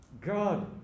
God